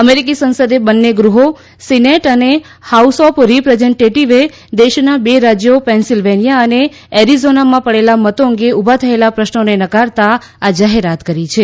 અમેરીકી સંસદે બન્ને ગૃહો સિનેટ અને હાઉસ ઓફ રિપ્રેજન્ટેટીવએ દેશના બે રાજ્યો પેનસિલ્વેનિયા અને એરીજોનામાં પડેલા મતો અંગે ઉભા થયેલા પ્રશ્નોને નકારતા આ જાહેરાત કરી છે